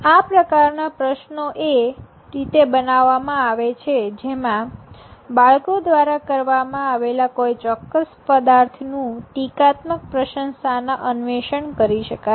આ પ્રકારના પ્રશ્નો ને એ રીતે બનાવવામાં આવ્યા છે જેમાં બાળકો દ્વારા કરવામાં આવેલા કોઈ ચોક્કસ પદાર્થનું ટીકાત્મક પ્રશંસા ના અન્વેષણ કરી શકાય